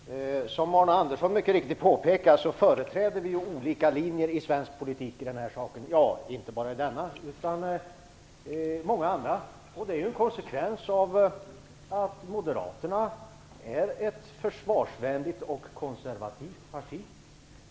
Fru talman! Som Arne Andersson mycket riktigt påpekade företräder vi olika linjer i svensk politik i denna sak - inte bara i denna utan i många andra frågor. Det är en konsekvens av att Moderata samlingspartiet är ett försvarsvänligt och konservativt parti.